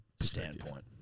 standpoint